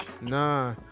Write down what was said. Nah